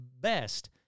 best